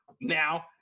now